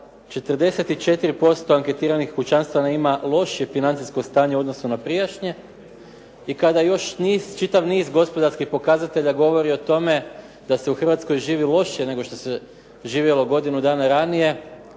44% anketiranih kućanstava ima lošije financijsko stanje u odnosu na prijašnje i kada još čitav niz gospodarskih pokazatelja govori o tome da se u Hrvatskoj živi lošije nego što se živjelo godinu dana ranije,